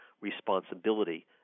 responsibility